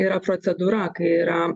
yra procedūra kai yra